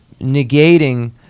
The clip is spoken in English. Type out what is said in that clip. negating